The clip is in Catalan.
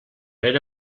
era